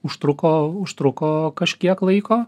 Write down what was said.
užtruko užtruko kažkiek laiko